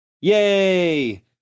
Yay